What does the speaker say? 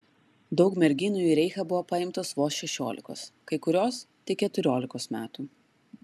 daug merginų į reichą buvo paimtos vos šešiolikos kai kurios tik keturiolikos metų